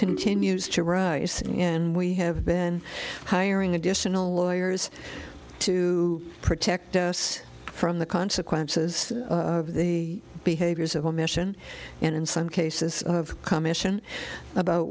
continues to rise and we have been hiring additional lawyers to protect us from the consequences of the behaviors of omission and in some cases of commission about